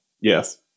Yes